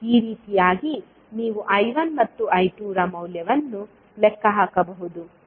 ಈ ರೀತಿಯಾಗಿ ನೀವು I1 ಮತ್ತು I2ರ ಮೌಲ್ಯವನ್ನು ಲೆಕ್ಕ ಹಾಕಬಹುದು